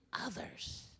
others